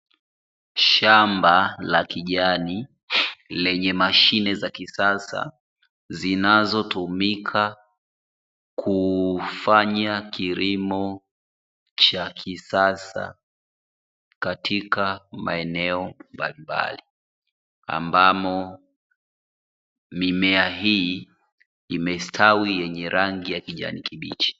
shamba la kijani lenye mashine za kisasa zinazotumika kufanya kilimo cha kisasa katika maeneo mbalimbali, ambamo mimea hii imestawi ya yenye rangi ya kijani kibichi.